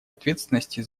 ответственности